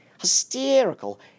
hysterical